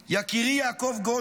יקירי יעקב גודו,